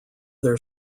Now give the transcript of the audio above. their